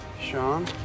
Sean